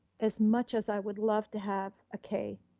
as much as i would love to have a k